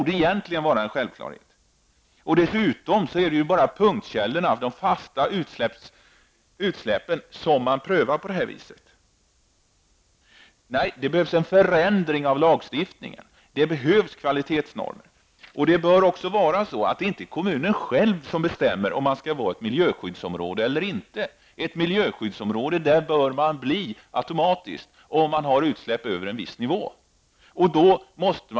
Dessutom är det bara punktkällorna, de fasta utsläppen, som prövas på det här viset. Nej, det behövs en förändring av lagstiftningen. Det behövs kvalitetsnormer, och kommunen bör inte själv bestämma om det skall vara fråga om ett miljöskyddsområde eller inte. Utsläpp över en viss nivå bör automatiskt leda till att det blir fråga om ett miljöskyddsområde.